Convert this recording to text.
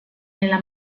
nella